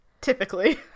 typically